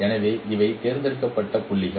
எனவே இவை தேர்ந்தெடுக்கப்பட்ட புள்ளிகள்